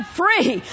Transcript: free